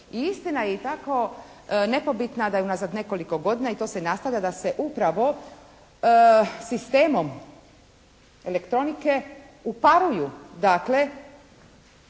I istina je i tako nepobitna da je unazad nekoliko godina i to se nastavlja, da se upravo sistemom elektronike uparuju